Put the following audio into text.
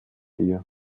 ihr